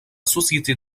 société